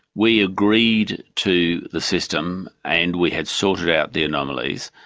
we agreed to the system and we had sorted out the anomalies,